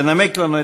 לנמק לנו,